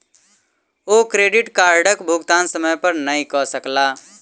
ओ credit कार्डक भुगतान समय पर नै कय सकला